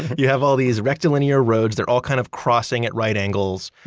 you have all these rectilinear roads, they're all kind of crossing at right angles.